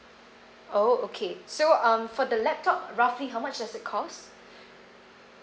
oh okay so um for the laptop roughly how much does it costs